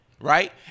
right